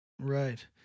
Right